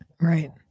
Right